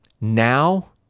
Now